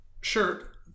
shirt